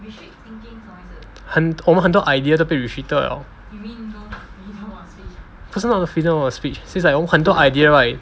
很我们很多 idea 都被 restricted liao 不是 freedom of speech is like 我们很多 idea like